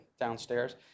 downstairs